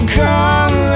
come